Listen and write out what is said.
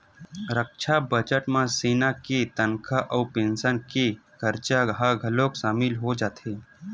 रक्छा बजट म सेना के तनखा अउ पेंसन के खरचा ह घलोक सामिल हो जाथे